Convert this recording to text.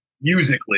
musically